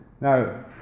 Now